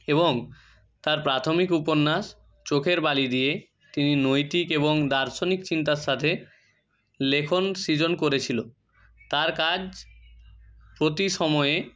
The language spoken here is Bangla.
এবং তাঁর প্রাথমিক উপন্যাস চোখের বালি দিয়ে তিনি নৈতিক এবং দার্শনিক চিন্তার সাথে লেখন সৃজন করেছিলো তাঁর কাজ প্রতি সময়ে